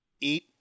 eat